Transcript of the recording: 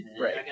Right